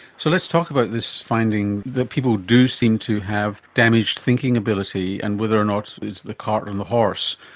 so let's talk about this finding that people do seem to have damaged thinking ability and whether or not it's the cart or and the horse,